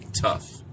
tough